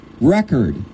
record